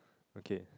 okay